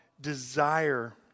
desire